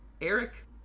Eric